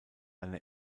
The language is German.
eine